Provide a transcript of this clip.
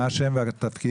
מי ביקש לדבר פה?